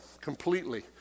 completely